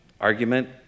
argument